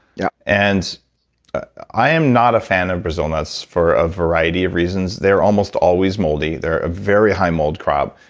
yeah and i am not a fan of brazil nuts for a variety of reasons. they're almost always moldy, they're a very high mold crop,